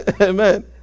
amen